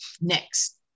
next